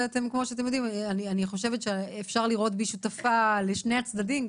וכמו שאתם יודעים אני חושבת שאפשר לראות בי שותפה לשני הצדדים,